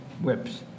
whips